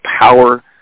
power